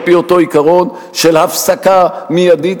על-פי אותו עיקרון של הפסקה מיידית